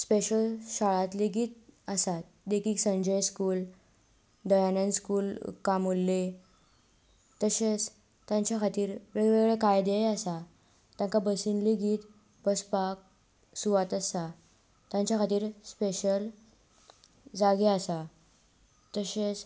special शाळो लेगीत आसात देखीक संजय स्कूल दयानंद स्कूल कामुर्ल्ले तशेंच तांच्या खातीर वेगळे वेगळे कायदेय आसा तांकां बसीन लेगीत बसपाक सुवात आसा तांच्या खातीर स्पॅशल जागे आसा तशेंच